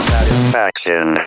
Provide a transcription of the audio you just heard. Satisfaction